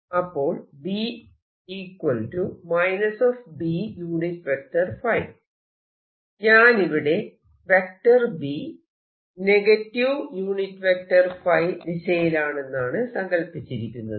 അപ്പോൾ ഞാനിവിടെ B ϕ ദിശയിലാണെന്നാണ് സങ്കല്പിച്ചിരിക്കുന്നത്